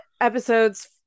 episodes